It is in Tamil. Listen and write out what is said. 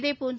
இதேபோன்று